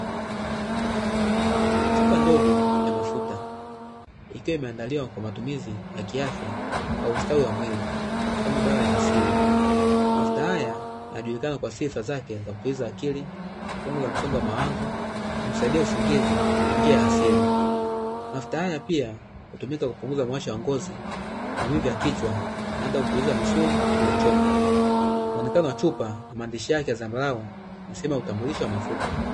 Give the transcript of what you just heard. Chupa ndogo ya mafuta, ikiwa imeandaliwa kwa matumizi ya kiafya au ustawi wa mwili, kama dawa ya asili. Mafuta haya yanajulikana kwa sifa zake za kutuliza akili, kupunguza msongo wa mawazo na kusaidia usingizi kwa njia ya asili. Mafuta haya pia hutumika kupunguza mwasho wa ngozi, maumivu ya kichwa na hata kutuuliza misuli iliyochoka. Muonekano wa chupa na maandishi yake ya zambarau ni sehemu ya utambulisho wa mafuta.